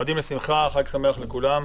לשמחה, חג שמח לכולם.